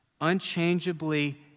unchangeably